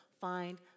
find